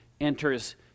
enters